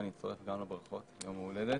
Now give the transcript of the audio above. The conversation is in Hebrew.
אני אצטרף גם לברכות יום הולדת.